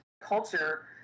culture